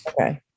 Okay